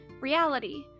reality